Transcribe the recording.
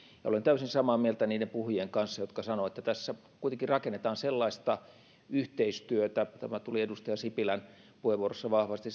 olen täysin samaa mieltä niiden puhujien kanssa jotka sanoivat että tässä kuitenkin rakennetaan sellaista yhteistyötä tämä tuli edustaja sipilän puheenvuorossa vahvasti